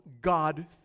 god